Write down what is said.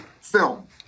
film